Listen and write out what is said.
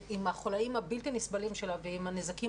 עם החוליים הבלתי נסבלים שלה ועם הנזקים